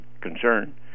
concern